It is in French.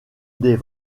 des